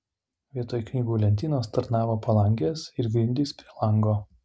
vietoj knygų lentynos tarnavo palangės ir grindys prie lango